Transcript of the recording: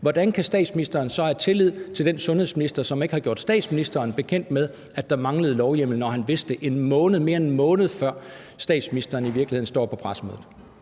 Hvordan kan statsministeren så have tillid til den sundhedsminister, som ikke har gjort statsministeren bekendt med, at der manglede lovhjemmel, når han vidste det, mere end en måned før statsministeren stod på pressemødet?